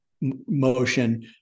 motion